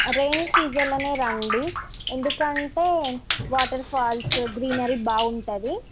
rainy సీజన్లోనే రండి ఎందుకంటే వాటర్ ఫాల్స్ గ్రీనరీ బాగుంటుంది